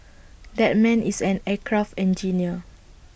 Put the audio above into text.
that man is an aircraft engineer